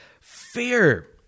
fear